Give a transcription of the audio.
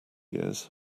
years